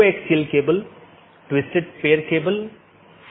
IGP IBGP AS के भीतर कहीं भी स्थित हो सकते है